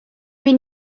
mean